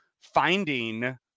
finding